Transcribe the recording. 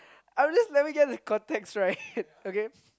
I'm just let me get the context right okay